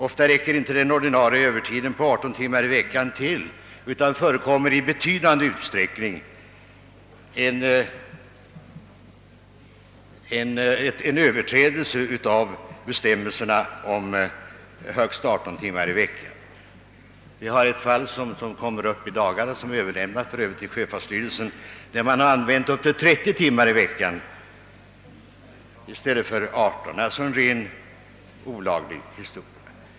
Ofta räcker den ordinarie övertiden på 18 timmar i veckan inte till, utan det förekommer i betydande utsträckning överträdelser av bestämmelserna om 18 timmar i veckan. I ett fall som i dagarna kommer upp, vilket vi för övrigt överlämnat till sjöfartsstyrelsen, har man använt upp till 30 timmar i veckan i stället för de stipulerade 18, alltså ett rent olagligt förfarande.